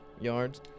yards